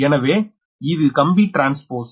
எனவே இது கம்பி ட்ரான்ஸ்போஸ்